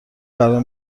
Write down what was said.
قرار